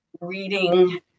reading